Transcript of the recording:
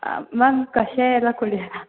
ma'am ಕಷಾಯ ಎಲ್ಲ ಕುಡಿಯಲ್ಲ